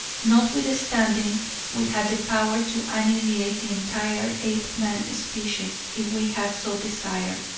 notwithstanding we had the power to annihilate the entire apeman species, if we had so desired.